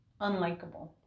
unlikable